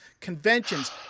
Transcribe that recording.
conventions